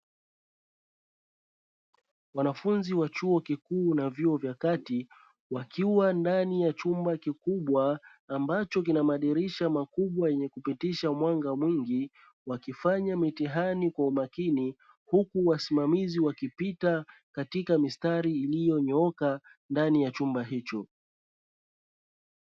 Wanafunzi wa chuo kikuu na vyuo vya kati, wakiwa ndani ya chumba kikubwa ambacho kina madirisha makubwa; yenye kupitisha mwanga mwingi wakifanya mitihani kwa umakini, huku wasimamizi wakipita katika mistari iliyonyooka ndani ya chumba hicho.